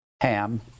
Ham